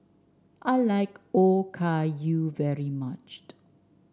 I like Okayu very much